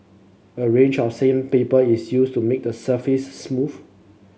a range of sandpaper is used to make the surface smooth